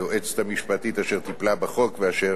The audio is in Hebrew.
היועצת המשפטית אשר טיפלה בחוק ואשר